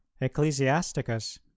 Ecclesiasticus